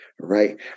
Right